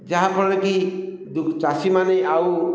ଯାହାଫଳରେ କି ଚାଷୀମାନେ ଆଉ